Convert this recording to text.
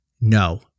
no